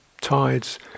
tides